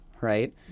right